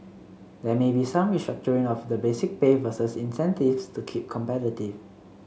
there may be some restructuring of the basic pay versus incentives to keep competitive